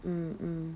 mm mm